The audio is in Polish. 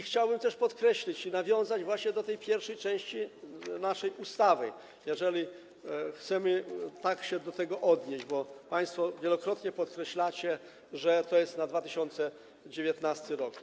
Chciałbym też podkreślić i nawiązać właśnie do tej pierwszej części naszej ustawy, jeżeli chcemy tak się do tego odnieść, bo państwo wielokrotnie podkreślaliście, że to jest na 2019 r.